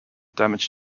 damage